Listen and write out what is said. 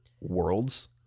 worlds